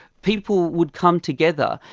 people would come together,